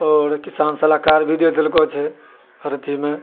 आओर किसान सलाहकार भी दऽ दलको छै हर अथीमे